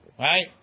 Right